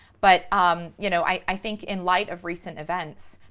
but um you know, i think in light of recent events,